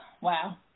Wow